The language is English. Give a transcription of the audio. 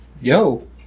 Yo